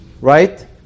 right